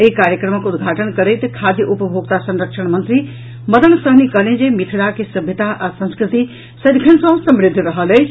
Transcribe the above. एहि कार्यक्रमक उद्घाटन करैत खाद्य उपभोक्ता संरक्षण मंत्री मदन सहनी कहलनि जे मिथिला के सभ्यता आ संस्कृति सदिखन सँ समृद्ध रहल अछि